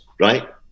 Right